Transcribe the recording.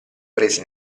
prese